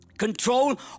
Control